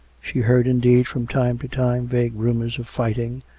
she heard, indeed, from time to time vague rumours of fighting,